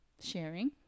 sharing